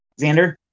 xander